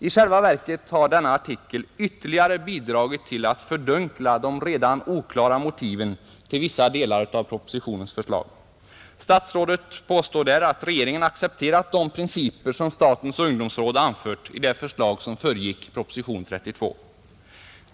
I själva verket har denna artikel ytterligare bidragit till att fördunkla de redan oklara motiven till vissa delar av propositionens förslag. Statsrådet påstår där att regeringen har accepterat de principer som statens ungdomsråd anfört i det förslag som föregick propositionen 32.